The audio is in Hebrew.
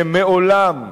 שמעולם,